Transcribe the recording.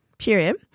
Period